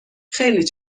خیلی